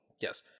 Yes